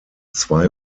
zwei